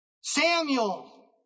Samuel